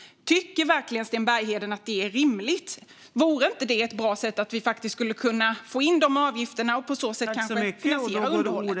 Tycker verkligen Sten Bergheden att det är rimligt? Vore det inte bra om vi kunde få in de avgifterna och på så sätt finansiera underhållet?